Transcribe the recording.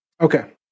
Okay